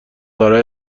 داره